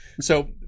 So-